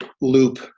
loop